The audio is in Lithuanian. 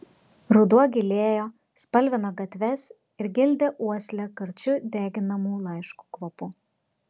ruduo gilėjo spalvino gatves ir gildė uoslę karčiu deginamų laiškų kvapu